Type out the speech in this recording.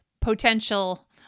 potential